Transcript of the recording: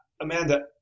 Amanda